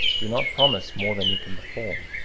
do not promise more than you can perform.